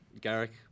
Garrick